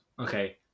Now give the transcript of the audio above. Okay